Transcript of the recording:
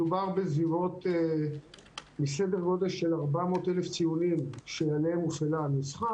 מדובר בסדר גודל של 400,000 ציונים שהעלנו --- נוסחה.